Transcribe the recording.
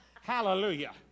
Hallelujah